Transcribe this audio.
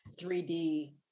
3d